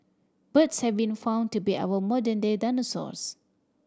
birds have been found to be our modern day dinosaurs